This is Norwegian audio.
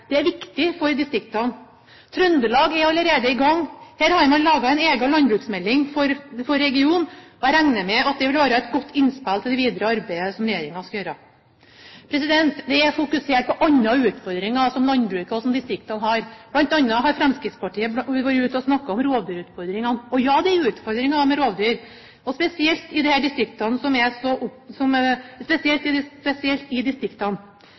Det er viktig for distriktene. Trøndelag er allerede i gang. Her har man laget en egen landbruksmelding for regionen, og jeg regner med at det vil være et godt innspill til det videre arbeidet som regjeringen skal gjøre. Det har vært fokusert på andre utfordringer som landbruket og distriktene har. Blant annet har Fremskrittspartiet vært ute og snakket om rovdyrutfordringene. Ja, det er utfordringer med rovdyr, spesielt i distriktene. Derfor er